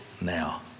now